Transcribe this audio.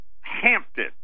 Hampton